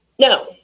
No